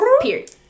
period